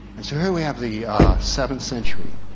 and so here we have the seventh century.